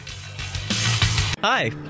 Hi